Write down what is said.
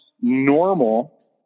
normal